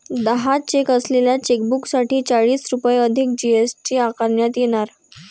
दहा चेक असलेल्या चेकबुकसाठी चाळीस रुपये अधिक जी.एस.टी आकारण्यात येणार